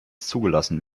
zugelassen